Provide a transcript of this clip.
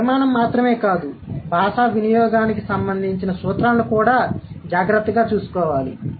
కాబట్టి నిర్మాణం మాత్రమే కాదు భాషా వినియోగానికి సంబంధించిన సూత్రాలను కూడా జాగ్రత్తగా చూసుకోవాలి